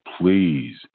please